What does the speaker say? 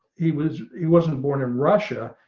he was, he wasn't born in russia.